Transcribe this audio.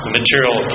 material